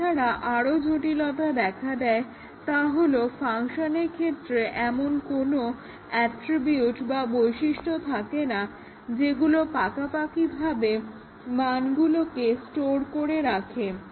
এছাড়া আরো জটিলতা দেখা দেয় তা হলো ফাংশনের ক্ষেত্রে এমন কোন অ্যাট্রিবিউট বা বৈশিষ্ট্য থাকেনা যেগুলো পাকাপাকিভাবে মানগুলোকে স্টোর করে রাখে